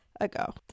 ago